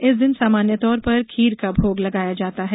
इस दिन सामान्य तौर पर खीर का भोग लगाया जाता है